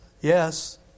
yes